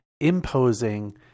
imposing